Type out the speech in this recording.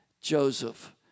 Joseph